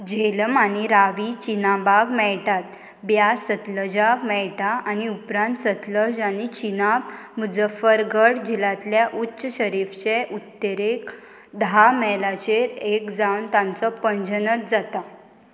झेलम आनी रावी चिनाबाग मेळटात ब्या सतलजाक मेळटा आनी उपरांत सतलज आनी चिनाब मुझफरगढ जिलांतल्या उच्च शरीफचे उत्तेरेक धा मैलाचेर एक जावन तांचो पंजनत जाता